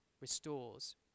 restores